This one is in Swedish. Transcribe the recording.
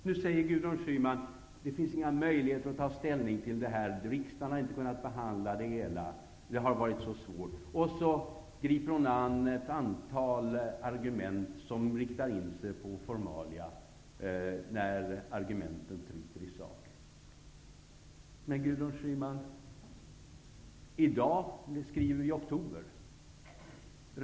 Nu säger Gudrun Schyman att det inte finns några möjligheter att ta ställning till detta, att riksdagen inte har kunna behandla det hela och att det har varit så svårt. Och så griper hon sig an ett antal argument som riktar in sig på formalia när argumenten tryter i sak. Men, Gudrun Schyman, i dag skriver vi ju november.